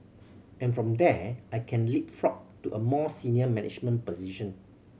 and from there I can leapfrog to a more senior management position